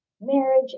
marriage